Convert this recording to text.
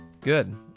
Good